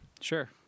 Sure